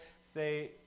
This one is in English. say